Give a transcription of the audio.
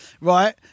right